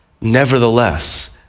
nevertheless